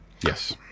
Yes